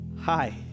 hi